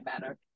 matter